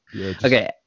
okay